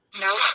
No